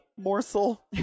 morsel